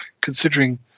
considering